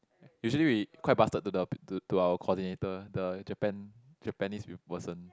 usually we quite bastard to the to our coordinator the Japan Japanese pee~ person